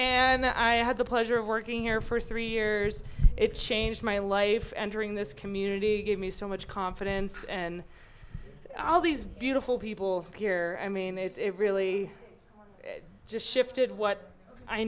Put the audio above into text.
and i had the pleasure of working here for three years it changed my life entering this community gave me so much confidence and all these beautiful people here i mean it's really just shifted what i